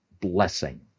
blessing